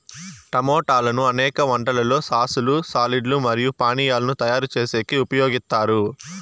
టమోటాలను అనేక వంటలలో సాస్ లు, సాలడ్ లు మరియు పానీయాలను తయారు చేసేకి ఉపయోగిత్తారు